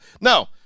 no